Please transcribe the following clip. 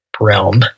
realm